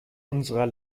unserer